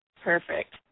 Perfect